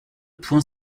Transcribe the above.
point